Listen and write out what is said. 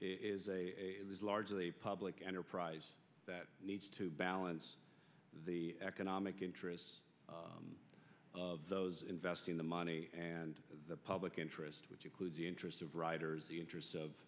a largely public enterprise that needs to balance the economic interests of those investing the money and the public interest which includes the interests of riders the interests of